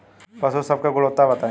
पशु सब के गुणवत्ता बताई?